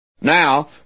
Now